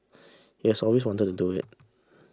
he has always wanted to do it